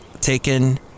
taken